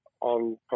on